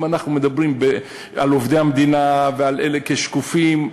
אם אנחנו מדברים על עובדי המדינה ועל אלה כשקופים,